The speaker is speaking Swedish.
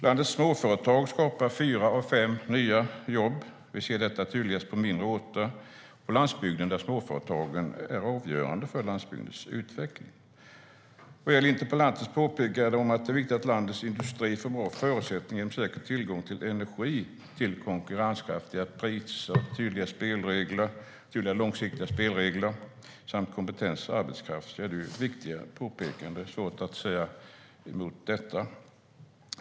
Landets småföretag skapar fyra av fem nya jobb. Vi ser detta tydligast på mindre orter. På landsbygden är småföretagen avgörande för landsbygdens utveckling. Interpellantens påpekanden om att det är viktigt att landets industri får bra förutsättningar genom säker tillgång till energi till konkurrenskraftiga priser, tydliga, långsiktiga spelregler samt kompetent arbetskraft är viktiga påpekanden. Det är svårt att säga emot detta.